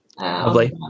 lovely